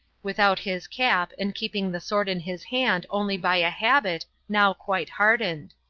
without his cap and keeping the sword in his hand only by a habit now quite hardened.